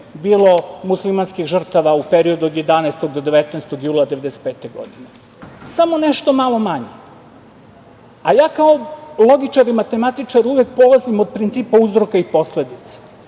bilo muslimanskih žrtava u periodu od 11. do 19. jula 1995. godine. Nešto malo manje, a ja ko logičar i matematičar uvek polazim od principa uzroka i posledica.